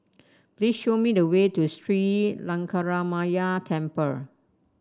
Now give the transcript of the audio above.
please show me the way to Sri Lankaramaya Temple